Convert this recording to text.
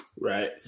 Right